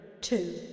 two